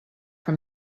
from